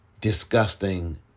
disgusting